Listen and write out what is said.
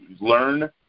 learn